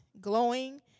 glowing